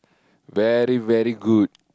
very very good